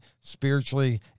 spiritually